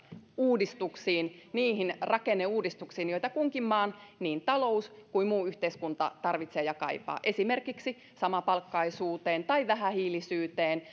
uudistuksiin niihin rakenneuudistuksiin joita kunkin maan niin talous kuin muu yhteiskunta tarvitsee ja kaipaa esimerkiksi samapalkkaisuuteen tai vähähiilisyyteen